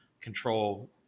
control